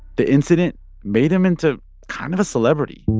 the incident made him into kind of a celebrity